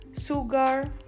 sugar